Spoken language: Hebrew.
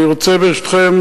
ברשותכם,